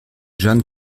jan